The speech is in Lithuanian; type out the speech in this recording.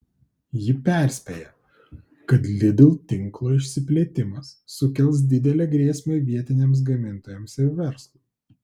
ji perspėja kad lidl tinklo išsiplėtimas sukels didelę grėsmę vietiniams gamintojams ir verslui